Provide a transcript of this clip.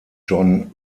john